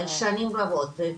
אבל שנים רבות.